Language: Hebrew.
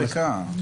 יש מדבקה.